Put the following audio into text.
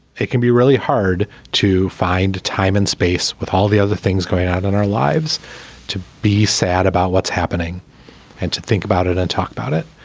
it can be really hard to find time and space with all the other things going on in our lives to be sad about what's happening and to think about it and talk about it.